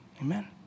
Amen